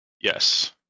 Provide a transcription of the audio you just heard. Yes